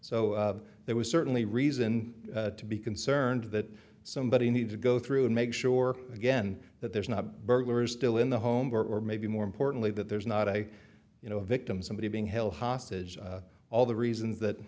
so there was certainly reason to be concerned that somebody needed to go through and make sure again that there's not burglars still in the home or maybe more importantly that there's not a you know a victim somebody being held hostage all the reasons that